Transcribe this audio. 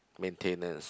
maintenance